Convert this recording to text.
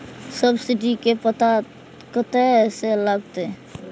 Subsidy के पता कतय से लागत?